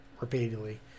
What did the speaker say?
repeatedly